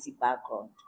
background